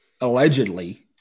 allegedly